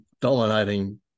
dominating